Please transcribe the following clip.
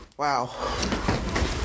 Wow